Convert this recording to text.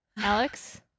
Alex